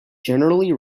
generally